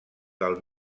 del